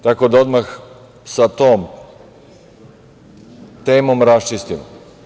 Tako da odmah sa tom temom raščistimo.